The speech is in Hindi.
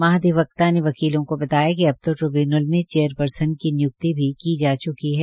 महाधिवक्ता ने वकीलों को बताया कि अब तो ट्रिब्यूनल में चेयरपर्सन की निय्क्ति भी की जा च्की हैं